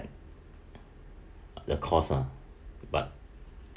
the cost ah but